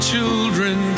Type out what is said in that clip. children